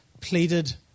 pleaded